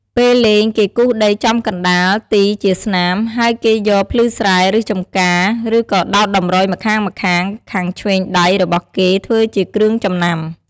ពេលលេង គេគូសដីចំកណ្តាលទីជាស្នាម ហើយគេយកភ្លឺស្រែ ឬចម្ការ ឬក៏ដោតតម្រុយម្ខាងៗ ខាងឆ្វេងដៃរបស់គេធ្វើជាគ្រឿងចំណាំ។